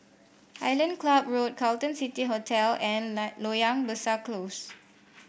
Island Club Road Carlton City Hotel and Loyang Besar Close